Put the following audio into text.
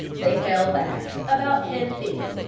they fell back about ten feet.